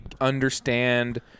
understand